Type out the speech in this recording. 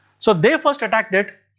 so they first attacked it.